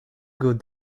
good